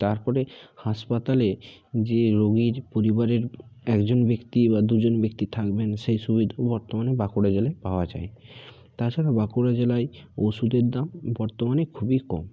তারপরে হাসপাতালে যে রোগীর পরিবারের একজন ব্যক্তি বা দুজন ব্যক্তি থাকবেন সেই সুবিধা বর্তমান বাঁকুড়া জেলায় পাওয়া যায় তাছাড়াও বাঁকুড়া জেলায় ওষুদের দাম বর্তমানে খুবই কম